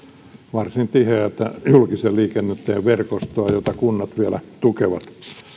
varsin tiheää julkisen liikenteen verkostoa jota kunnat vielä tukevat